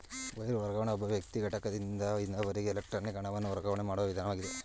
wire ವರ್ಗಾವಣೆ ಒಬ್ಬ ವ್ಯಕ್ತಿ ಘಟಕದಿಂದ ಇನ್ನೊಬ್ಬರಿಗೆ ಎಲೆಕ್ಟ್ರಾನಿಕ್ ಹಣವನ್ನು ವರ್ಗಾವಣೆ ಮಾಡುವ ವಿಧಾನವಾಗಿದೆ